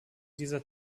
dieser